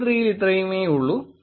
weak 3 യിൽ ഇത്രയുമേ ഉള്ളു